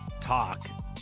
talk